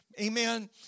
Amen